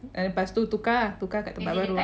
lepas tu tukar ah tukar kat tempat baru